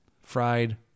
fried